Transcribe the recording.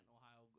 Ohio